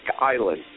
Island